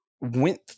went